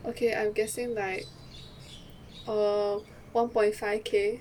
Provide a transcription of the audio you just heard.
okay I'm guessing like err one point five K